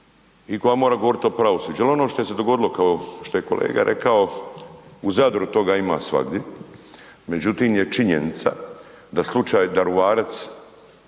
i koja mora govorit o pravosuđu jel ono što se je dogodilo kao što je kolega rekao u Zadru, toga ima svagdje, međutim je činjenica da slučaj Daruvarac,